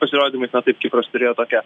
pasirodymais na taip kipras turėjo tokią